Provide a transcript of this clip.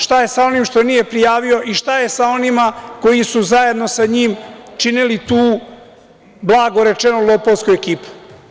Šta je sa onim što nije prijavio i šta je sa onima koji su zajedno sa njim činili tu, blago rečeno, lopovsku ekipu?